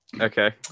Okay